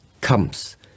comes